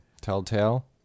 Telltale